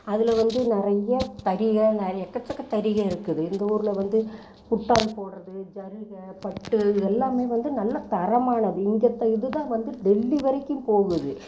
அதில் வந்து நிறைய ஜரிக நெற எக்கச்சக்க ஜரிக இருக்குது இந்த ஊர்ல வந்து புட்டானு போடுறது ஜரிகை பட்டு இது எல்லாமே வந்து நல்ல தரமானது இங்கத்த இது தான் வந்து டெல்லி வரைக்கும் போகுது